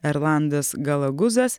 erlandas galaguzas